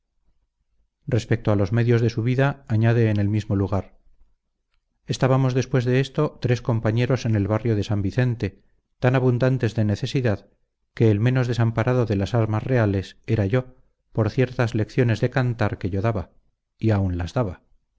respecto a los medios de su vida añade en el mismo lugar estábamos después de esto tres compañeros en el barrio de san vicente tan abundantes de necesidad que el menos desamparado de las armas reales era yo por ciertas lecciones de cantar que yo daba y aun las daba